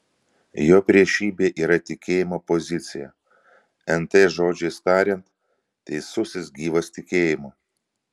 jo priešybė yra tikėjimo pozicija nt žodžiais tariant teisusis gyvas tikėjimu